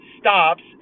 stops